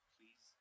Please